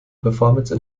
performance